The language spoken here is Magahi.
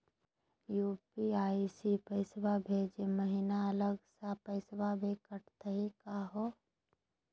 यू.पी.आई स पैसवा भेजै महिना अलग स पैसवा भी कटतही का हो?